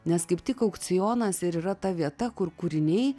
nes kaip tik aukcionas ir yra ta vieta kur kūriniai